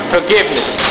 Forgiveness